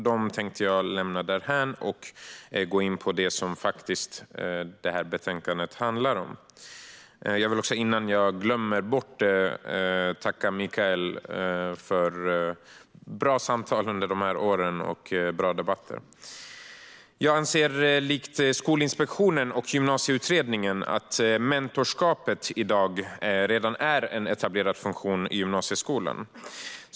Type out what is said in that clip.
Jag tänkte lämna dem därhän och gå in på det betänkandet faktiskt handlar om. Innan jag glömmer bort det vill jag tacka Michael Svensson för bra samtal under åren och bra debatter. Jag anser, likt Skolinspektionen och Gymnasieutredningen, att mentorskapet i dag redan är en etablerad funktion i gymnasieskolan.